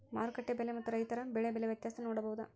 ಮಾರುಕಟ್ಟೆ ಬೆಲೆ ಮತ್ತು ರೈತರ ಬೆಳೆ ಬೆಲೆ ವ್ಯತ್ಯಾಸ ನೋಡಬಹುದಾ?